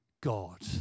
God